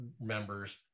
members